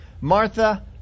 Martha